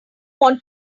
want